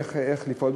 איך לפעול.